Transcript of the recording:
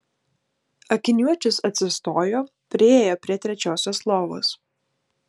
akiniuočius atsistojo priėjo prie trečiosios lovos